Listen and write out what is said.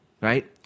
right